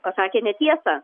pasakė netiesą